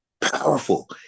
powerful